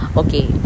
okay